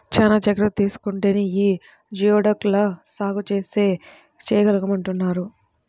చానా జాగర్తలు తీసుకుంటేనే యీ జియోడక్ ల సాగు చేయగలమంటన్నారు